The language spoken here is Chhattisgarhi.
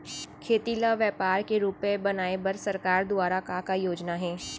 खेती ल व्यापार के रूप बनाये बर सरकार दुवारा का का योजना हे?